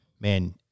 Man